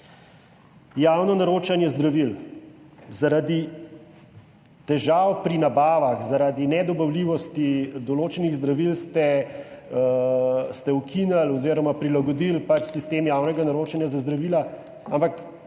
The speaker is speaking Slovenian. Javno naročanje zdravil. Zaradi težav pri nabavah, zaradi nedobavljivosti določenih zdravil ste ukinili oziroma prilagodili pač sistem javnega naročanja za zdravila, ampak